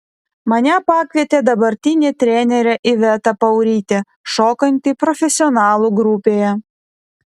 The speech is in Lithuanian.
mane pakvietė dabartinė trenerė iveta paurytė šokanti profesionalų grupėje